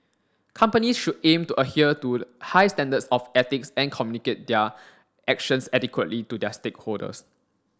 companies should aim to adhere to high standards of ethics and communicate their actions adequately to their stakeholders